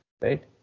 right